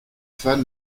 fans